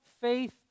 faith